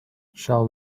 shall